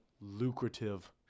lucrative